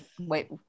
Wait